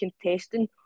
contesting